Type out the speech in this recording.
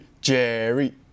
Jerry